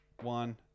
one